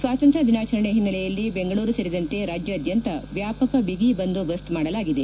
ಸ್ನಾತಂತ್ರ್ತ ದಿನಾಚರಣೆ ಹಿನೈಲೆಯಲ್ಲಿ ಬೆಂಗಳೂರು ಸೇರಿದಂತೆ ರಾಜ್ನಾದ್ಯಂತ ವ್ಯಾಪಕ ಬಿಗಿ ಬಂದೋಬಸ್ ಮಾಡಲಾಗಿದೆ